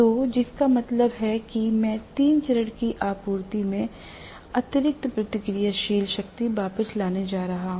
तो जिसका मतलब है कि मैं तीन चरण की आपूर्ति में अतिरिक्त प्रतिक्रियाशील शक्ति वापस लाने जा रहा हूं